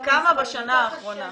כמה בשנה האחרונה?